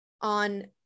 on